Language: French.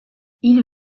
ils